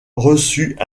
reçut